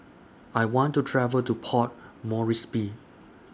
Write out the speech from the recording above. I want to travel to Port Moresby